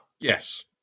Yes